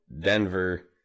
Denver